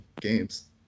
games